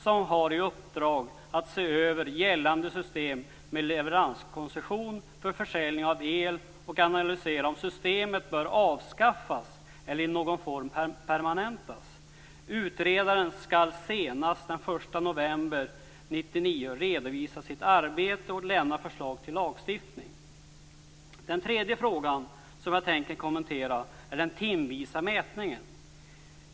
Han har i uppdrag att se över gällande system med leveranskoncessioner för försäljning av el och att analysera om systemet bör avskaffas eller i någon form permanentas. Utredaren skall senast den 1 november 1999 redovisa sitt arbete och lämna förslag till lagstiftning. Den tredje frågan som jag tänker kommentera gäller den timvisa mätningen.